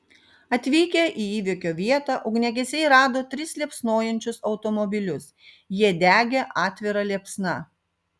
atvykę į įvykio vietą ugniagesiai rado tris liepsnojančius automobilius jie degė atvira liepsna